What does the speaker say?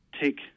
take